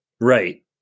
Right